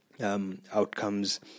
outcomes